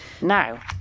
Now